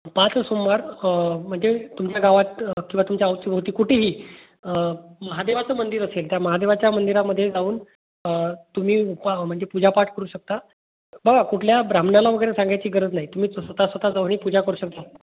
पाच सोमवार म्हणजे तुमच्या गावात किंवा तुमच्या अवतीभवती कुठेही महादेवाचं मंदिर असेल त्या महादेवाच्या मंदिरामध्ये जाऊन तुम्ही उपा म्हणजे पूजा पाठ करू शकता बघा कुठल्या ब्राम्हणाला वगैरे सांगायची गरज नाही तुम्ही स्वत स्वत जाऊनही पूजा करू शकता